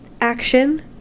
action